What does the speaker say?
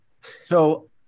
So-